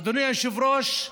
אדוני היושב-ראש,